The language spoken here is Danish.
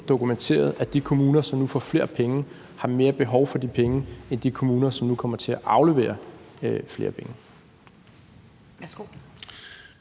dokumenteret, at de kommuner, som nu får flere penge, har mere behov for de penge end de kommuner, som nu kommer til at aflevere flere penge. Kl.